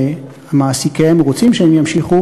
ומעסיקיהם רוצים שהם ימשיכו